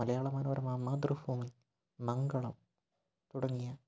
മലയാള മനോരമ മാതൃഭൂമി മംഗളം തുടങ്ങിയ